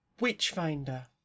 Witchfinder